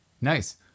Nice